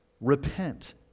Repent